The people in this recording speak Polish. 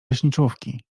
leśniczówki